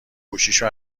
گوشیشو